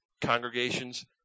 congregations